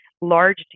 large